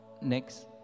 Next